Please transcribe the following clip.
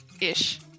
ish